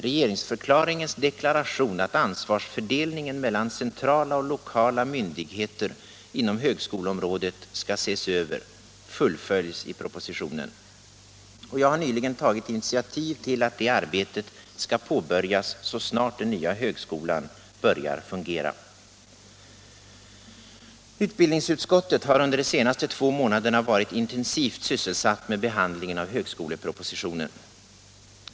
Regeringsförklaringens deklaration att ansvarsfördelningen mellan centrala och lokala myndigheter inom högskoleområdet skall ses över fullföljs i propositionen. Jag har nyligen tagit initiativ till att det arbetet skall påbörjas så snart den nya högskolan börjar fungera. j Utbildningsutskottet har under de senaste två månaderna varit intensivt sysselsatt med behandlingen av högskolepropositionen.